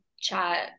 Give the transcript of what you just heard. chat